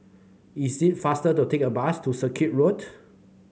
is it faster to take a bus to Circuit Road